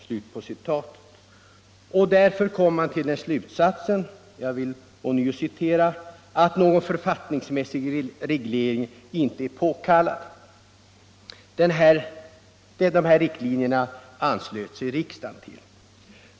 Därför kom socialutskottet till den slutsatsen att ”någon författningsmässig reglering av frågan inte är påkallad”. Riksdagen anslöt sig till dessa riktlinjer.